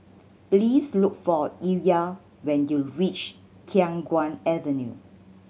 please look for Illya when you reach Khiang Guan Avenue